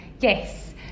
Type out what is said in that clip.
Yes